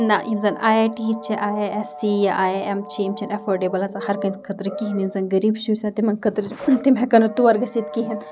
نہ یِم زَن آی آی ٹیٖز چھِ آی آی اٮ۪س سی یا آی آی اٮ۪م چھِ یِم چھِنہٕ اٮ۪فٲڈیبٕل آسان ہَرکٲنٛسہِ خٲطرٕ کِہیٖنۍ یُس زَن غریٖب چھُ یُس زَن تِمَن خٲطرٕ تِم ہٮ۪کَن نہٕ تور گٔژھِتھ کِہیٖنۍ